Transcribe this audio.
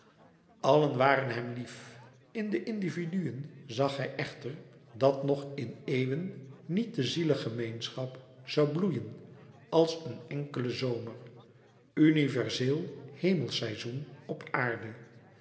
allen waren hem lief in de individuen zag hij echter dat nog in eeuwen niet de zielegemeenschap zoû bloeien als een enkele zomer universeel hemelseizoen op aarde